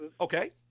Okay